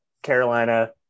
Carolina